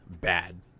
bad